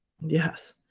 Yes